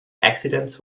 accidents